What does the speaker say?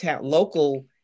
local